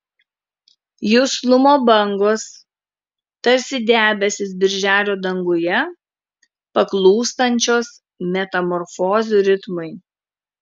juslumo bangos tarsi debesys birželio danguje paklūstančios metamorfozių ritmui